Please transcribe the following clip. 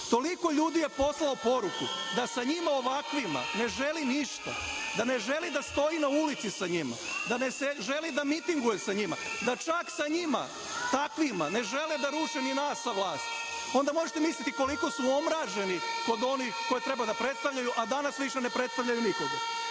toliko ljudi je poslalo poruku da sa njima ovakvima ne želi ništa, da ne želi da stoji ulici sa njima, da ne želi da mitinguje sa njima, da čak sa njima takvima ne žele da ruše ni nas sa vlasti. Onda možete misliti koliko su omraženi kada oni koje treba da predstavljaju, a danas više ne predstavljaju nikog. Ono